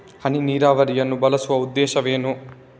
ಹನಿ ನೀರಾವರಿಯನ್ನು ಬಳಸುವ ಉದ್ದೇಶವೇನು?